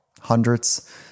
hundreds